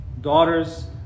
daughters